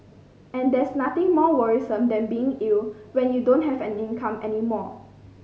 and there's nothing more worrisome than being ill when you don't have an income any more